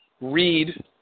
read